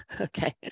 Okay